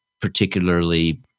particularly